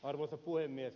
arvoisa puhemies